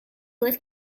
with